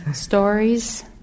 Stories